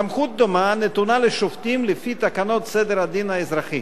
סמכות דומה נתונה לשופטים לפי תקנות סדר-הדין האזרחי.